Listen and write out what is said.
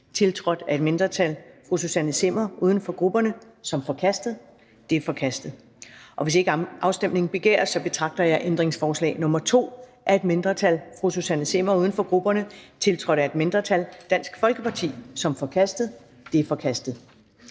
nr. 21 af et mindretal (Susanne Zimmer (UFG)) som forkastet. Det er forkastet. Hvis ikke afstemning begæres, betragter jeg ændringsforslag nr. 22 af et mindretal (Susanne Zimmer (UFG)), tiltrådt af et mindretal (DF og EL), som forkastet. Det er forkastet.